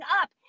up